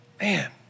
man